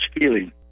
feeling